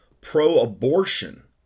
pro-abortion